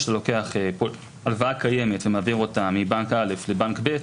כשאתה לוקח הלוואה קיימת ומעביר אותה מבנק א' לבנק ב',